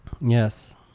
Yes